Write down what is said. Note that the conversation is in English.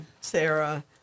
Sarah